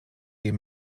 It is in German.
die